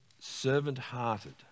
servant-hearted